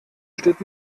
steht